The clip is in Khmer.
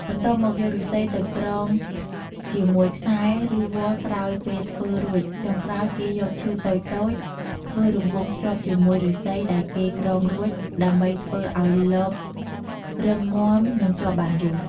បន្ទាប់មកយកឬស្សីទៅក្រងជាមួយខ្សែ ឬវល្លិ៍ក្រោយពេលធ្វើរួចចុងក្រោយគេយកឈើតូចៗ ធ្វើរង្វង់ភ្ជាប់ជាមួយឫស្សីដែលគេក្រងរួចដើម្បីធ្វើឲ្យលបរឹងមាំនិងជាប់បានយូរ។